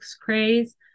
craze